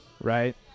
right